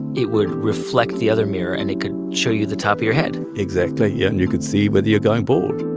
it would reflect the other mirror, and it could show you the top of your head exactly, yeah. and you could see whether you're going bald